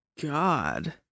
god